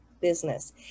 business